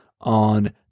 on